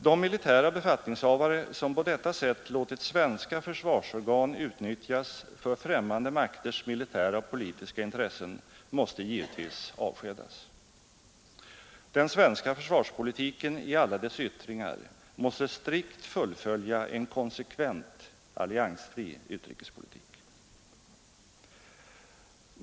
De militära befattningshavare som på detta sätt låtit svenska försvarsorgan utnyttjas för främmande makters militära och politiska intressen måste givetvis avskedas. Den svenska försvarspolitiken i alla dess yttringar måste strikt fullfölja en konsekvent alliansfri utrikespolitik.